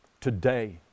today